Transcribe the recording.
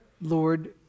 Lord